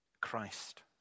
Christ